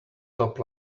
top